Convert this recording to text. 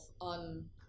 on